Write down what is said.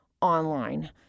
online